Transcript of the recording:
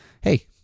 hey